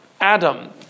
Adam